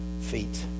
feet